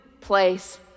place